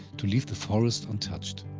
to leave the forest untouched.